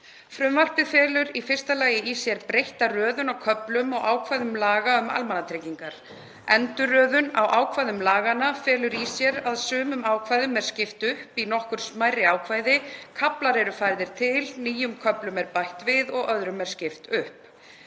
Frumvarpið felur í fyrsta lagi í sér breytta röðun á köflum og ákvæðum laga um almannatryggingar. Endurröðun á ákvæðum laganna felur í sér að sumum ákvæðunum er skipt upp í nokkur smærri ákvæði, kaflar eru færðir til, nýjum köflum er bætt við og öðrum er skipt upp.